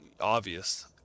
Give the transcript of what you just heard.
obvious